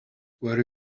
where